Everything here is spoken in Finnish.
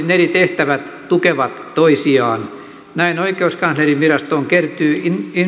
eri tehtävät tukevat toisiaan näin oikeuskanslerinvirastoon kertyy